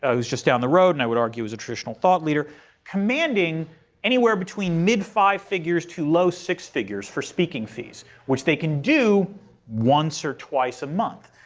who is just down the road, and i would argue is a traditional thought leader commanding anywhere between mid-five figures to low six figures for speaking fees which they can do once or twice a month.